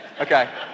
Okay